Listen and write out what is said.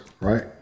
Right